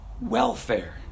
welfare